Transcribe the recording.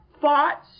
fought